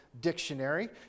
dictionary